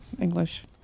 English